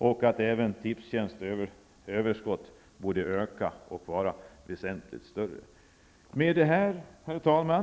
Bidraget från Tipstjänsts överskott borde också öka och vara väsentligt större. Herr talman!